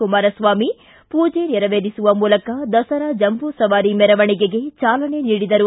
ಕುಮಾರಸ್ವಾಮಿ ಪೂಜೆ ನೆರವೇರಿಸುವ ಮೂಲಕ ದಸರಾ ಜಂಬೂ ಸವಾರಿ ಮೆರವಣಿಗೆಗೆ ಚಾಲನೆ ನೀಡಿದರು